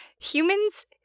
Humans